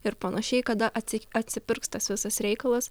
ir panašiai kada atsi atsipirks tas visas reikalas